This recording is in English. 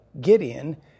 Gideon